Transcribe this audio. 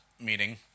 meeting